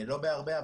לא בהרבה,